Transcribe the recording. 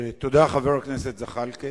חבר הכנסת זחאלקה.